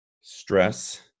Stress